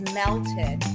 melted